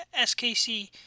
SKC